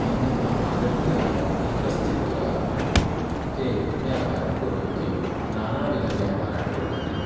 अन्यतः आगत्य अत्र स्थित्वा ते व्यापारं कुर्वन्ति नानाविधव्यापाराणि कुर्वन्ति